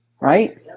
right